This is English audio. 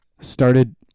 started